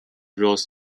roads